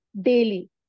daily